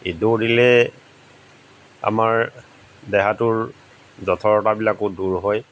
দৌৰিলে আমাৰ দেহাটোৰ জথৰতাবিলাকো দূৰ হয়